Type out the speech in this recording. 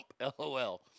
LOL